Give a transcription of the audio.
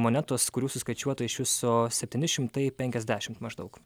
monetos kurių suskaičiuota iš viso septyni šimtai penkiasdešimt maždaug